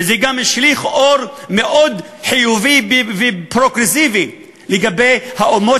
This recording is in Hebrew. וזה גם השליך אור מאוד חיובי ופרוגרסיבי על האומות